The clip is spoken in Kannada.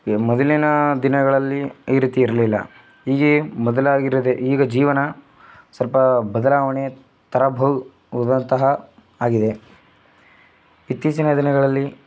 ಈ ಮೊದಲಿನ ದಿನಗಳಲ್ಲಿ ಈ ರೀತಿ ಇರಲಿಲ್ಲ ಈಗೇ ಮೊದಲಾಗಿರೋದೇ ಈಗ ಜೀವನ ಸ್ವಲ್ಪ ಬದಲಾವಣೆ ತರಬಹುದಂತಹ ಆಗಿದೆ ಇತ್ತೀಚಿನ ದಿನಗಳಲ್ಲಿ